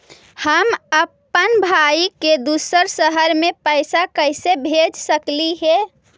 हम अप्पन भाई के दूसर शहर में पैसा कैसे भेज सकली हे?